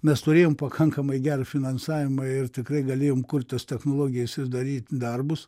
mes turėjom pakankamai gerą finansavimą ir tikrai galėjom kurt tas technologijas ir daryt darbus